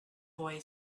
boy